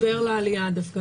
יש לי הסבר לעלייה דווקא.